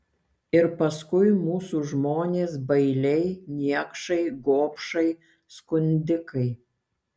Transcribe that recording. ir paskui mūsų žmonės bailiai niekšai gobšai skundikai